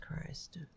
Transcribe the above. Christ